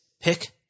pick